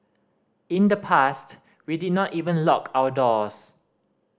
in the past we did not even lock our doors